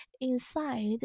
Inside